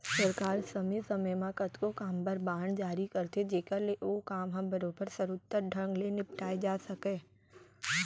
सरकार समे समे म कतको काम बर बांड जारी करथे जेकर ले ओ काम ह बरोबर सरोत्तर ढंग ले निपटाए जा सकय